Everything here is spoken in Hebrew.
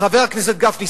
חבר הכנסת גפני,